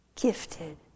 gifted